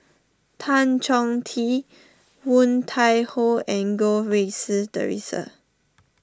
Tan Chong Tee Woon Tai Ho and Goh Rui Si theresa